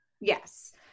Yes